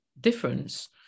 difference